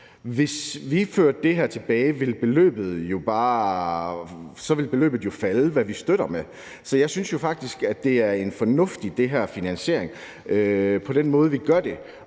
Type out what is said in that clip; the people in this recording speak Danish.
Hvis vi fører det her tilbage, vil beløbet jo falde med, hvad vi støtter med. Så jeg synes faktisk, at den her finansiering er fornuftig på den måde, vi gør det.